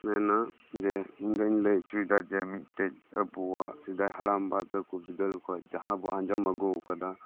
ᱢᱮᱱᱟ ᱡᱮ ᱤᱧ ᱫᱩᱧ ᱞᱟᱹᱭ ᱪᱚᱭ ᱫᱟ ᱡᱮ ᱢᱤᱜᱴᱮᱡ ᱟᱵᱚᱣᱟᱜ ᱥᱮᱫᱟᱭ ᱦᱟᱲᱟᱢ ᱵᱟ ᱛᱟᱠᱚ ᱵᱤᱫᱟᱹᱞ ᱠᱷᱚᱡ ᱡᱟᱦᱟᱸ ᱵᱚ ᱟᱸᱡᱚᱢ ᱟᱜᱩᱣ ᱠᱟᱫᱟ